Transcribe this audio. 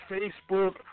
Facebook